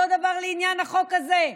אותו דבר לעניין החוק הזה,